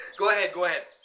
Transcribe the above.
go ahead. go ahead.